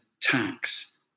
tax